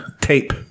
Tape